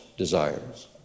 Desires